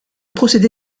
procédé